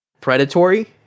predatory